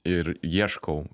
ir ieškau